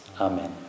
Amen